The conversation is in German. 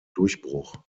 durchbruch